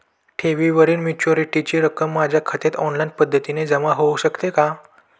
ठेवीवरील मॅच्युरिटीची रक्कम माझ्या खात्यात ऑनलाईन पद्धतीने जमा होऊ शकते का?